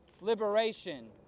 liberation